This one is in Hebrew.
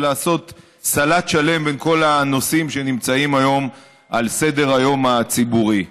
ולעשות סלט שלם בין כל הנושאים שנמצאים היום על סדר-היום הציבורי.